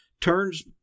turns